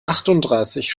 achtunddreißig